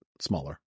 smaller